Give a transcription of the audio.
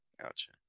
gotcha